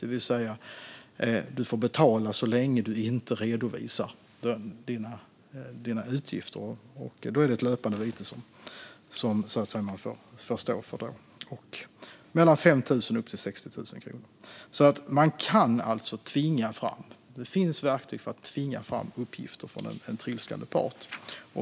Då får du betala så länge du inte redovisar dina utgifter. Det är då ett löpande vite som man får stå för. Det är alltså mellan 5 000 och 60 000 kronor. Man kan alltså tvinga fram detta. Det finns verktyg för att tvinga fram uppgifter från en trilskande part.